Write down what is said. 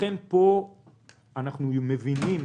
לכן פה אנחנו מבינים